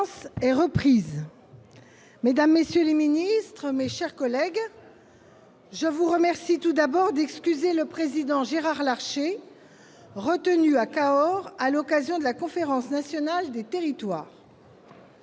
Mesdames, messieurs les ministres, mes chers collègues, je vous remercie tout d'abord de bien vouloir excuser le président Gérard Larcher, retenu à Cahors à l'occasion de la Conférence nationale des territoires.